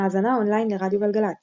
האזנה אונליין לרדיו גלגלצ